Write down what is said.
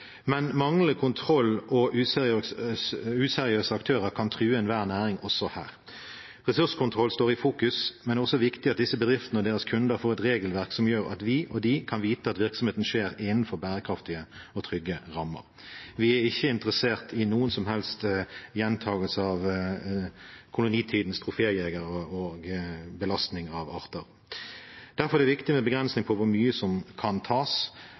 men det er også viktig at disse bedriftene og deres kunder får et regelverk som gjør at både vi og de kan vite at virksomheten skjer innenfor bærekraftige og trygge rammer. Vi er ikke interessert i noen som helst gjentakelse av kolonitidens troféjegere og belastning av arter. Derfor er det viktig å ha en begrensning på hvor mye som kan tas,